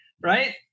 right